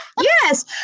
Yes